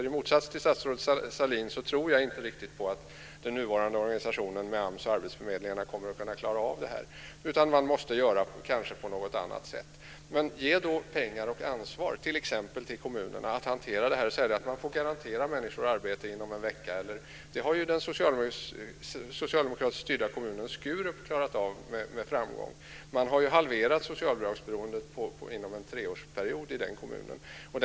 I motsats till statsrådet Sahlin tror jag inte riktigt på att den nuvarande organisationen med AMS och arbetsförmedlingarna kommer att kunna klara det här, utan man måste kanske agera på något annat sätt. Ge då pengar och ansvar t.ex. till kommunerna för att hantera detta, så att de får garantera människor arbete inom en vecka e.d.! Den socialdemokratiskt styrda kommunen Skurup har med framgång klarat detta. Man har i den kommunen på en treårsperiod halverat socialbidragsberoendet.